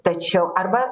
tačiau arba